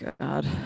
god